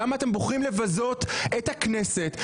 למה אתם בוחרים לבזות את הכנסת,